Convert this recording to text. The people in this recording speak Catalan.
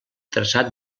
traçat